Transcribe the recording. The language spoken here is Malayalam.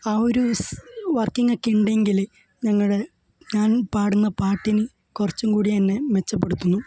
ആ ഒരു സ് വര്ക്കിങ്ങ് ഒക്കെ ഉണ്ടെങ്കിൽ ഞങ്ങളുടെ ഞാന് പാടുന്ന പാട്ടിന് കുറച്ചും കൂടി എന്നെ മെച്ചപ്പെടുത്തുന്നു